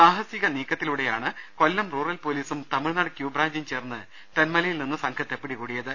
സാഹസിക നീക്കത്തിലൂടെയാണു കൊല്ലം റൂറൽ പൊലീസും തമിഴ്നാട് ക്യു ബ്രാഞ്ചും ചേർന്ന് തെന്മലയിൽ നിന്ന് സംഘത്തെ പിടികൂടിയത്